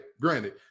granted